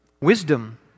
Wisdom